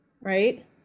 right